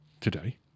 today